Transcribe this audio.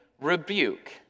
rebuke